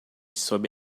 sob